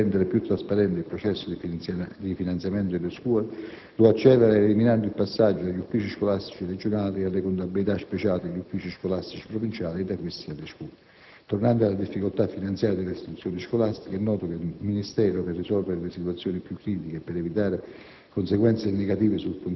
Tale scelta, oltre a rendere più trasparente il processo di finanziamento delle scuole, lo accelera eliminando il passaggio dagli uffici scolastici regionali alle contabilità speciali degli uffici scolastici provinciali e da questi alle scuole. Tornando alle difficoltà finanziarie delle istituzioni scolastiche, è noto che il Ministero, per risolvere le situazioni più critiche e per evitare